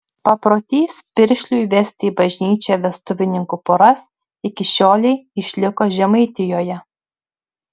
paprotys piršliui vesti į bažnyčią vestuvininkų poras iki šiolei išliko žemaitijoje